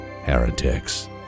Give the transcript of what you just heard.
heretics